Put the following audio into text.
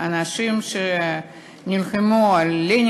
-העלמין